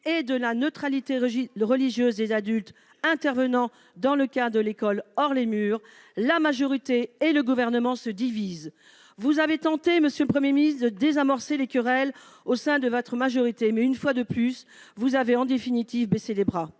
et de la neutralité religieuse des adultes intervenant dans le cadre de l'école hors les murs, la majorité et le Gouvernement se divisent. Vous avez tenté, monsieur le Premier ministre, de désamorcer les querelles au sein de votre majorité, mais, une fois de plus, vous avez, en définitive, baissé les bras.